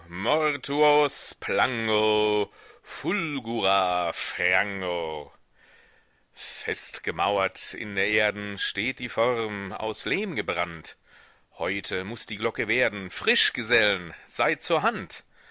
fest gemauert in der erden steht die form aus lehm gebrannt heute muß die glocke werden frisch gesellen seid zur hand